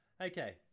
Okay